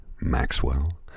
maxwell